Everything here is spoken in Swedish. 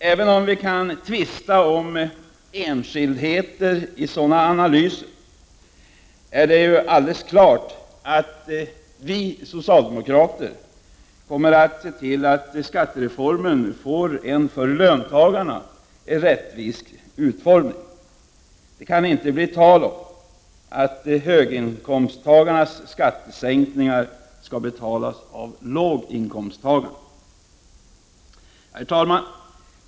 Även om vi kan tvista om enskildheter i sådana analyser, är det alldeles klart att vi socialdemokrater kommer att se till att skattereformen får en för löntagarna rättvis utformning. Det kan inte bli tal om att höginkomsttagarnas skattesänkningar skall betalas av låginkomsttagarna!